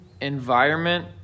environment